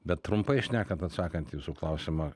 bet trumpai šnekant atsakant į jūsų klausimą